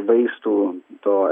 vaistų to